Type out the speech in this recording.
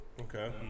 Okay